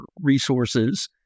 resources